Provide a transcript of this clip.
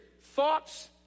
thoughts